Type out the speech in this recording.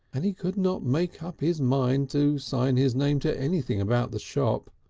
and he could not make up his mind to sign his name to anything about the shop,